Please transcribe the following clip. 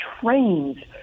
trains